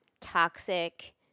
toxic